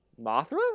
Mothra